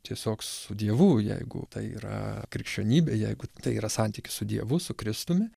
tiesiog su dievu jeigu tai yra krikščionybė jeigu tai yra santykis su dievu su kristumi